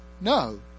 No